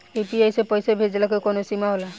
UPI से पईसा भेजल के कौनो सीमा होला?